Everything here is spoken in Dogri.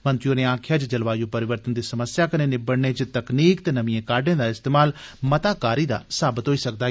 मंत्री होरें आक्खेआ जे जलवायु परिवर्तन दी समस्या कन्नै निबड़ने च तकनीक ते नमिएं काहड़े दा इस्तेमाल मता कारी दा साबत होई सकदा ऐ